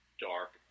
dark